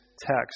Text